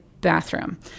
bathroom